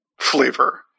flavor